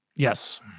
Yes